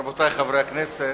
רבותי חברי הכנסת,